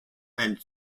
and